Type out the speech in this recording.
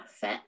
fit